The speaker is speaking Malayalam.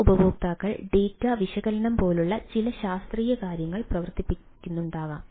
ചില ഉപയോക്താക്കൾ ഡാറ്റ വിശകലനം പോലുള്ള ചില ശാസ്ത്രീയ കാര്യങ്ങൾ പ്രവർത്തിപ്പിക്കുന്നുണ്ടാകാം